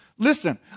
Listen